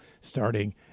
starting